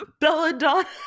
belladonna